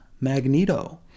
Magneto